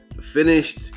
Finished